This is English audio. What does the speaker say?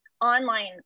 online